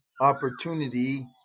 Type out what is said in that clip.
opportunity